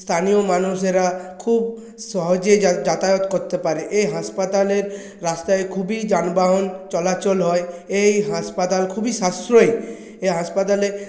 স্থানীয় মানুষেরা খুব সহজে যা যাতায়াত করতে পারে এ হাসপাতালের রাস্তায় খুবই যানবাহন চলাচল হয় এই হাসপাতাল খুবই সাশ্রয়ী এ হাসপাতালে